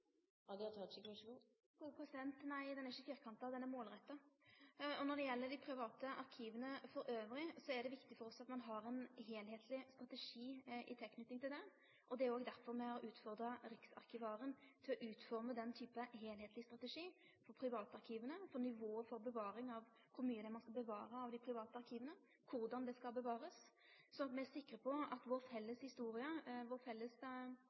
legger inn en så tydelig grense som museumstilknytning, når en instans som Kulturrådet uansett vil gjøre et skjønn her. Er ikke det en litt firkantet tilnærming? Nei, tilnærminga er ikkje firkanta; ho er målretta. Og når det gjeld dei private arkiva elles, er det viktig for oss at ein har ein heilskapleg strategi i tilknyting til det. Det er derfor me har utfordra Riksarkivaren til å utforme den typen heilskapleg strategi for privatarkiva med omsyn til nivået for bevaring – kor mykje ein skal bevare av dei private arkiva, og korleis det skal bevarast – slik at